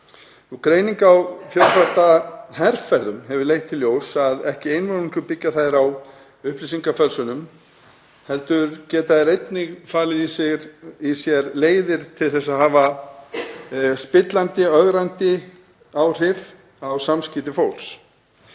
Greining á fjölþáttaherferðum hefur leitt í ljós að ekki einvörðungu byggja þær á upplýsingafölsunum heldur geta þær einnig falið í sér leiðir til að hafa spillandi, ögrandi áhrif á samskipti fólks.